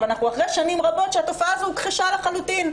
אבל אנחנו אחרי שנים רבות שהתופעה הזו הוכחשה לחלוטין.